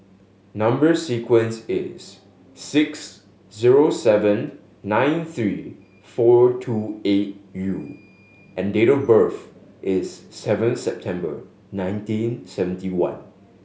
number sequence is six zero seven nine three four two eight U and date of birth is seven September nineteen seventy one